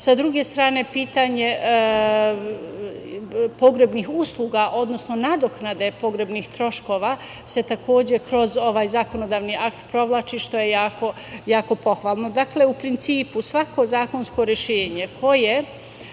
Sa druge strane, pitanje pogrebnih usluga, odnosno nadoknade pogrebnih troškova se takođe kroz ovaj zakonodavni akt provlači što je jako pohvalno. Dakle, u principu, svako zakonsko rešenje koje